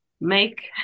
make